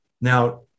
Now